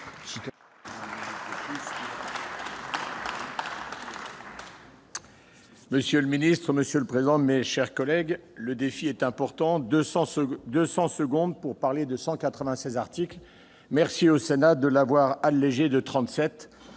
Monsieur le président, monsieur le ministre, mes chers collègues, le défi est de taille : 200 secondes pour parler de 196 articles ! Merci au Sénat d'avoir allégé de 37